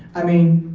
i mean,